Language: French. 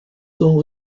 sont